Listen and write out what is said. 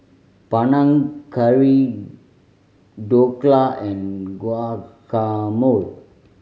Panang Curry Dhokla and Guacamole